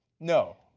no,